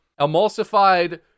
emulsified